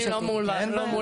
לא מול הוועדה.